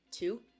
two